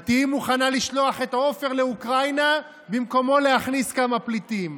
את תהיי מוכנה לשלוח את עופר לאוקראינה ובמקומו להכניס כמה פליטים?